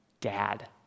Dad